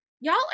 y'all